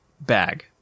bag